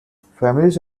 families